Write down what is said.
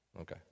okay